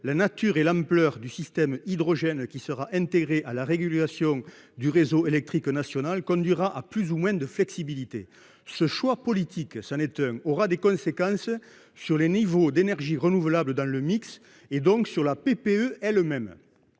la nature et l'ampleur du système hydrogène qui serait intégré à la régulation du réseau électrique national conduiraient à plus ou moins de flexibilité. Un tel choix politique- c'en est un ! -aura des conséquences sur les niveaux d'énergies renouvelables dans le mix et donc sur la PPE.